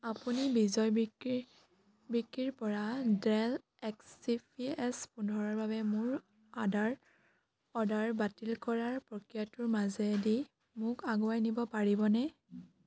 আপুনি বিজয় বিক্ৰী বিক্ৰীৰ পৰা Dell X C P S পোন্ধৰৰ বাবে মোৰ আডাৰ অৰ্ডাৰ বাতিল কৰাৰ প্ৰক্ৰিয়াটোৰ মাজেদি মোক আগুৱাই নিব পাৰিবনে